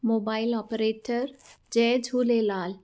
mobile operator जय झूलेलाल